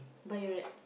buy a rat